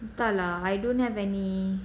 entah lah I don't have any